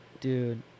Dude